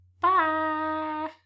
Bye